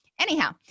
Anyhow